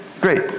great